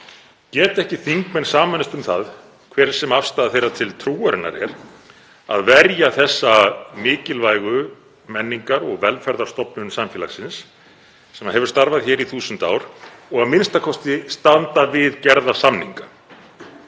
Geta ekki þingmenn sameinast um það, hver sem afstaða þeirra til trúarinnar er, að verja þessa mikilvægu menningar- og velferðarstofnun samfélagsins sem hefur starfað hér í þúsund ár og a.m.k. standa við gerða samninga?